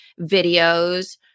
videos